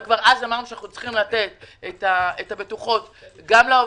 וכבר אז אמרנו שאנו צריכים לתת את הבטוחות גם לעובדים,